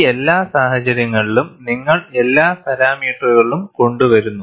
ഈ എല്ലാ സാഹചര്യങ്ങളിലും നിങ്ങൾ എല്ലാ പാരാമീറ്ററുകളും കൊണ്ടുവരുന്നു